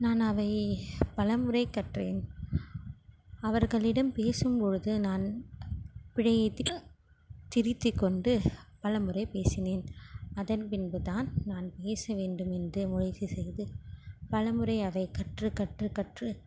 நான் அவை பலமுறை கற்றேன் அவர்களிடம் பேசும்பொழுது நான் பிழையை திருத்திக்கொண்டு பலமுறை பேசினேன் அதன் பின்பு தான் நான் பேச வேண்டும் என்று முயற்சி செய்து பலமுறை அதை கற்று கற்று கற்று